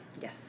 yes